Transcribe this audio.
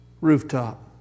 rooftop